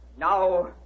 Now